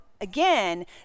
again